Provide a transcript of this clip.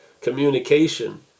communication